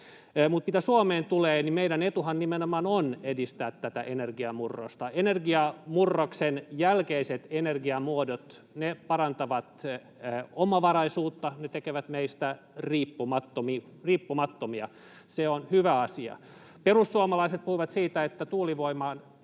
Mitä Suomeen tulee, meidän etummehan nimenomaan on edistää tätä energiamurrosta. Energiamurroksen jälkeiset energiamuodot parantavat omavaraisuutta, ne tekevät meistä riippumattomia. Se on hyvä asia. Perussuomalaiset puhuivat siitä, että tuulivoimasta